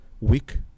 week